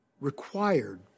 required